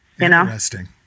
Interesting